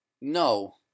no